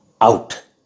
out